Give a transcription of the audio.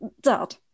Dad